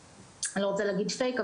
אני לא רוצה להגיד 'פייק',